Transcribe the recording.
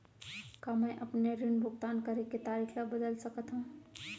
का मैं अपने ऋण भुगतान करे के तारीक ल बदल सकत हो?